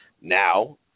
Now